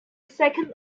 second